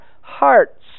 hearts